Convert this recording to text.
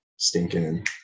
stinking